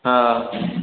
हँ